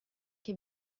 che